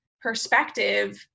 perspective